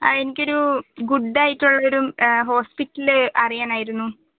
ആ എനിക്കൊരു ഗുഡ് ആയിട്ടുള്ള ഒരു ഹോസ്പിറ്റൽ അറിയാനായിരുന്നു